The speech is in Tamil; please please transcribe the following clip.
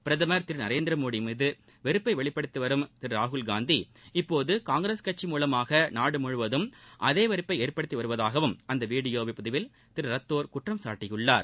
பிரதமர் திரு நரேந்திரமோடி மீது வெறுப்பை வெளிப்படுத்தி வரும் திரு ராகுல்காந்தி இப்போது காங்கிரஸ் கட்சி மூலமாக நாடு முழுவதும் அதே வெறுப்பை ஏற்படுத்தி வருவதாகவும் அந்த வீடியோ பதிவில் திரு ரத்தோர் குற்றம் சாட்டியுள்ளார்